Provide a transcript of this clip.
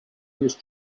his